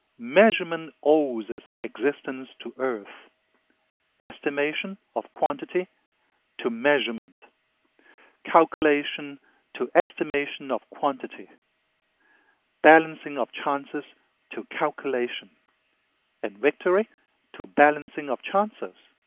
measurement owes its existence to earth estimation of quantity to measurement calculation to estimation of quantity balancing of chances to calculation and victory to balancing of chances.